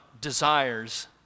desires